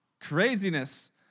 Craziness